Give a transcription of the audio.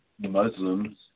Muslims